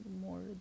more